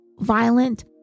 violent